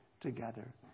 together